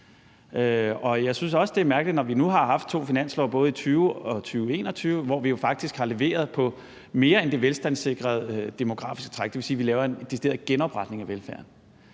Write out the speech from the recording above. Og jeg synes også, det er mærkeligt, når vi nu har haft to finanslove, både i 2020 og i 2021, hvor vi jo faktisk har leveret på mere end det velstandssikrede demografiske træk, hvilket vil sige, at vi laver en decideret genopretning af velfærden.